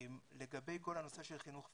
לגבי כל הנושא של חינוך פורמלי,